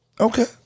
Okay